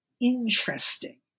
interesting